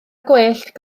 gwellt